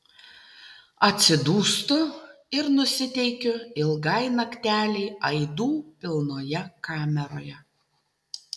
atsidūstu ir nusiteikiu ilgai naktelei aidų pilnoje kameroje